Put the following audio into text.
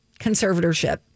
conservatorship